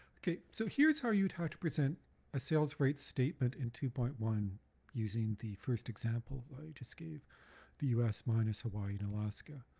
okay, so here's how you'd have to present a sales rights statement in two point one using the first example i just gave the us minus hawaii and alaska.